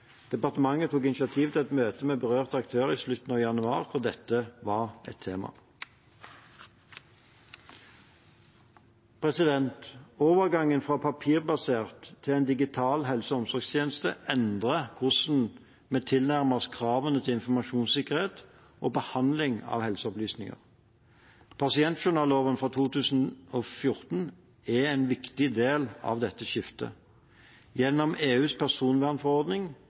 Departementet tok initiativ til et møte med berørte aktører i slutten av januar hvor dette var et tema. Overgangen fra en papirbasert til en digitalisert helse- og omsorgstjeneste endrer hvordan vi tilnærmer oss kravene til informasjonssikkerhet og behandling av helseopplysninger. Pasientjournalloven fra 2014 er en viktig del av dette skiftet. Gjennom EUs personvernforordning,